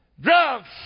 drugs